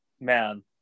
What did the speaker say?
man